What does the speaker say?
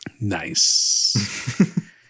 Nice